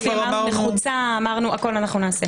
שקשה להתווכח עליו, של נפגעות עבירות